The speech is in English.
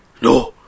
No